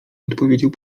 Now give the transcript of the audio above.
odpowiedział